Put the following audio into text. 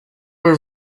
were